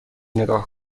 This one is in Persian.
نگاه